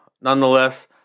nonetheless